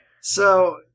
so-